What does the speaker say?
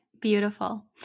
beautiful